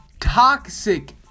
toxic